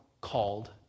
called